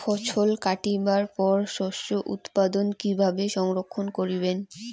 ফছল কাটিবার পর শস্য উৎপাদন কিভাবে সংরক্ষণ করিবেন?